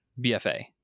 BFA